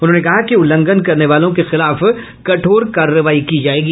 उन्होंने कहा कि उल्लंघन करने वालों के खिलाफ कठोर कार्रवाई की जायेगी